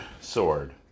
Sword